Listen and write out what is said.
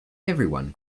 everyone